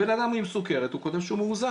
הבן אדם עם סוכרת, הוא כותב שהוא מאוזן.